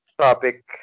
topic